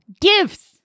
Gifts